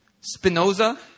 Spinoza